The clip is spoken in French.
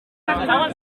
martin